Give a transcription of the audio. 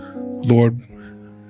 Lord